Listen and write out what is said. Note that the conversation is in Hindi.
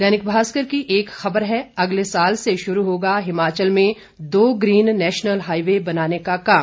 दैनिक भास्कर की एक खबर है अगले साल से शुरू होगा हिमाचल में दो ग्रीन नेशनल हाईवे बनाने का काम